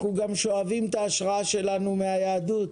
אנחנו גם שואבים את ההשראה שלנו מהיהדות